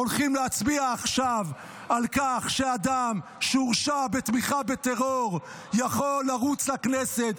הולכים להצביע עכשיו על כך שאדם שהורשע בתמיכה בטרור יכול לרוץ בכנסת,